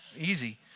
easy